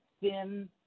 thin